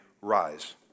rise